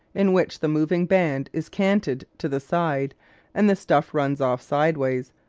in which the moving band is canted to the side and the stuff runs off sideways,